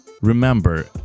Remember